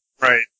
right